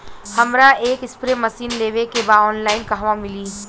हमरा एक spray machine लेवे के बा ऑनलाइन कहवा मिली?